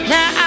Now